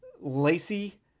Lacey